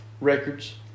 records